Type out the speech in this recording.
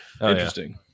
Interesting